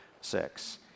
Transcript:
six